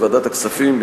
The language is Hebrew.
בוועדת הכספים,